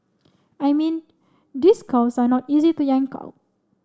I mean these cows are not easy to yank out